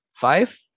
five